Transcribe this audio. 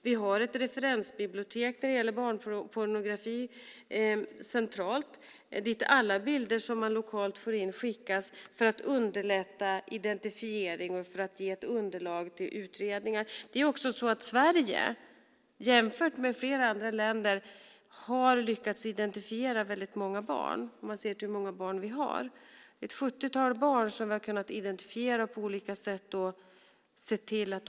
Vi har ett centralt referensbibliotek för barnpornografi dit alla bilder som man lokalt får in skickas för att underlätta identifiering och för att ge ett underlag till utredningar. I jämförelse med andra länder har Sverige också lyckats identifiera väldigt många barn, om man ser till hur många barn vi har. Ett sjuttiotal barn har vi på olika sätt kunnat identifiera.